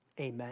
Amen